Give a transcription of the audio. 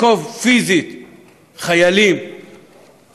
מהתכנים שיש בהם בעיני השמצה,